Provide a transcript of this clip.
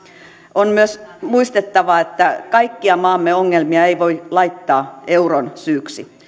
on myös muistettava että kaikkia maamme ongelmia ei voi laittaa euron syyksi